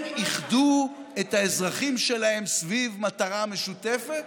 הם איחדו את האזרחים שלהם סביב מטרה משותפת,